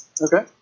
Okay